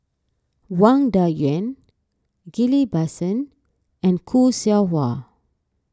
Wang Dayuan Ghillie Basan and Khoo Seow Hwa